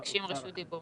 בבקשה.